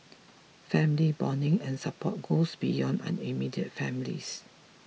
family bonding and support goes beyond our immediate families